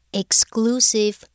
exclusive